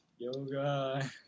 Yoga